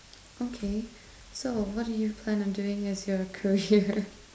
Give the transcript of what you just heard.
okay so what do you plan on doing as your career